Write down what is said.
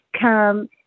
come